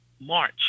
March